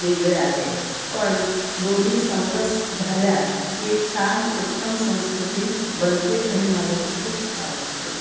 वेगळ्या आहेत पण दोन्ही समरस झाल्या की एक छान उत्तम संस्कृती बनते आणि मला ती खूप आवडते